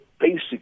basic